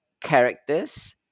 characters